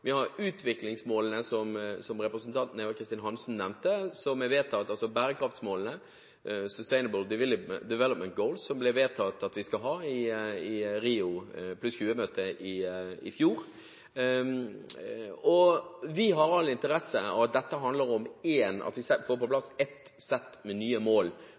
vi har utviklingsmålene, som representanten Eva Kristin Hansen nevnte – bærekraftmålene, Sustainable Development Goals – som det på Rio+20-møtet i fjor ble vedtatt at vi skulle ha. Vi har all interesse av at vi får på plass ett sett med nye mål for den internasjonale utviklingsdagsordenen i tiden som kommer. Hva de skal hete, får